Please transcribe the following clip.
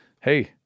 hey